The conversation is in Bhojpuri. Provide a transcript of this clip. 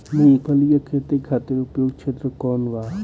मूँगफली के खेती खातिर उपयुक्त क्षेत्र कौन वा?